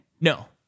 No